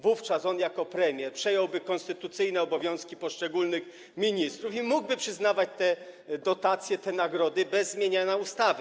Wówczas on jako premier przejąłby konstytucyjne obowiązki poszczególnych ministrów i mógłby przyznawać te dotacje, te nagrody bez zmieniania ustawy.